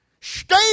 Stay